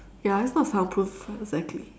ya it's not soundproof exactly